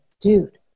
dude